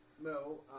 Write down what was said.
No